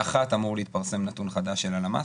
היום באחת אמור להתפרסם נתון חדש של הלמ"ס,